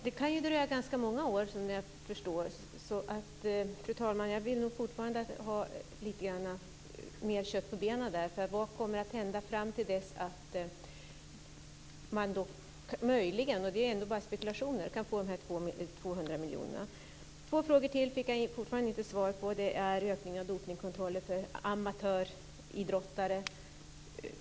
Fru talman! Det kan såvitt jag förstår dröja ganska många år. Jag vill nog fortfarande få lite mer av kött på benen. Vad kommer att hända fram till dess att man möjligen - det är ändå bara spekulationer - kan få de här 200 miljonerna? På två ytterligare frågor har jag fortfarande inte fått svar. Det gäller lösningen av dopningskontrollen för amatöridrottare.